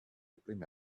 prime